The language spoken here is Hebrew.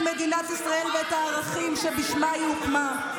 מדינת ישראל ואת הערכים שבשמם היא הוקמה.